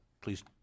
Please